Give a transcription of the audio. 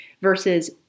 versus